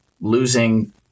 losing